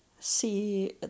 see